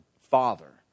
father